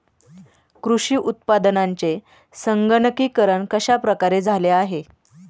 कृषी उत्पादनांचे संगणकीकरण कश्या प्रकारे झाले आहे?